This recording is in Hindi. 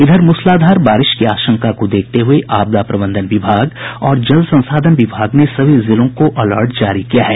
इधर मूसलाधार बारिश की आशंका को देखते हये आपदा प्रबंधन विभाग और जल संसाधन विभाग ने सभी जिलों को अलर्ट जारी किया है